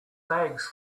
bags